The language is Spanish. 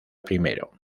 primero